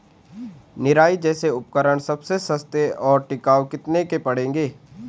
निराई जैसे उपकरण सबसे सस्ते और टिकाऊ कितने के पड़ेंगे?